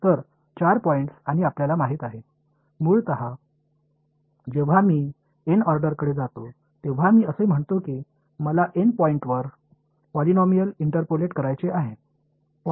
எனவே அடிப்படையில் நான் வரிசை N க்கு செல்லும்போது N புள்ளிகளில் ஒரு பாலினாமியல் இடைக்கணிக்க விரும்புகிறேன் நான் சொல்கிறேன் என்று நினைக்கிறேன் பாலினாமியலின் அளவு என்னவாக இருக்கும்